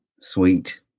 sweet